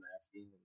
asking